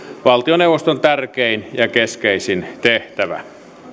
valtioneuvoston tärkein ja keskeisin tehtävä